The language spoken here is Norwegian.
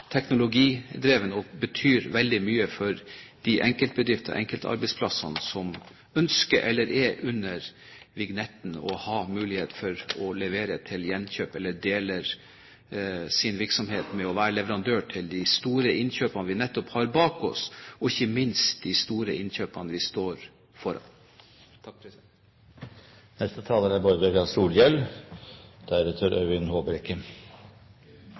teknologidreven og betyr veldig mye for de enkeltbedriftene som ønsker å ha mulighet til å levere til gjenkjøp eller å være leverandør til de store innkjøpene vi står overfor. Først vil eg takke saksordføraren for godt arbeid og innlegg. Eg meiner at vi